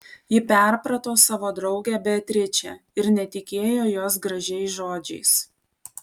ji perprato savo draugę beatričę ir netikėjo jos gražiais žodžiais